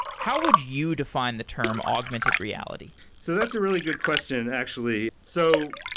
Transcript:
how would you define the term augmented reality? so, that's a really good question actually. so,